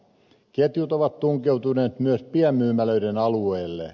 ketjut ovat tunkeutuneet myös pienmyymälöiden alueille